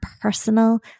personal